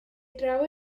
draw